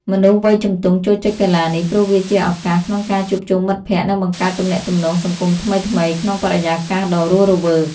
មនុស្សវ័យជំទង់ចូលចិត្តកីឡានេះ ព្រោះវាជាឱកាសក្នុងការជួបជុំមិត្តភក្តិ និងបង្កើតទំនាក់ទំនងសង្គមថ្មីៗក្នុងបរិយាកាសដ៏រស់រវើក។